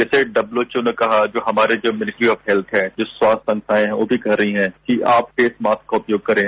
जैसे डब्ल्यूएचओ ने कहा जो हमारे जो मिनिस्ट्री ऑफ हेत्थ है जो स्वास्थ्य संस्थाएं हैं वह भी कह रही है कि आप फेशमास्क का उपयोग करें